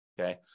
Okay